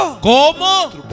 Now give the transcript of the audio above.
¿Cómo